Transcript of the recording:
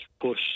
push